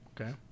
okay